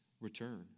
return